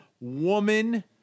woman